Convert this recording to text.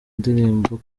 indirimbo